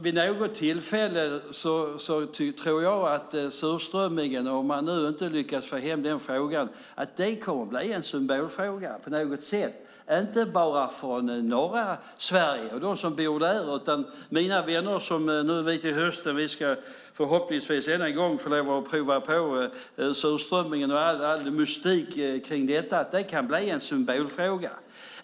Vid något tillfälle tror jag att surströmmingen, om man nu inte lyckas få hem den frågan, kommer att bli en symbolfråga på något sätt, och inte bara för norra Sverige och de som bor där. Mina vänner och jag ska nu till hösten förhoppningsvis än en gång få lov att prova på surströmmingen och all mystik kring detta. Det kan bli en symbolfråga.